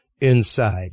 inside